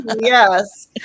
Yes